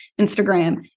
Instagram